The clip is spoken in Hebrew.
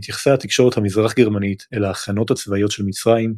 התייחסה התקשורת המזרח-גרמנית אל ההכנות הצבאיות של מצרים,